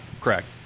Correct